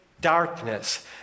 darkness